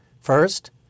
First